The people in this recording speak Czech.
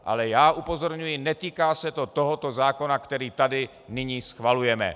Ale upozorňuji, netýká se to toho zákona, který tady nyní schvalujeme.